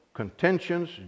contentions